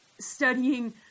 studying